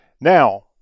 Now